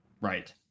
Right